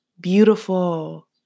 beautiful